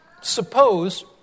Suppose